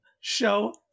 show